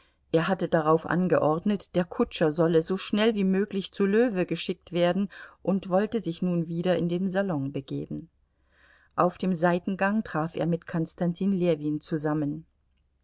er hatte darauf angeordnet der kutscher solle so schnell wie möglich zu löwe geschickt werden und wollte sich nun wieder in den salon begeben auf dem seitengang traf er mit konstantin ljewin zusammen